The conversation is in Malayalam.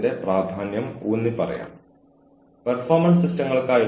പക്ഷേ ഡോക്യുമെന്റേഷൻ എപ്പോഴും സഹായിക്കുന്നു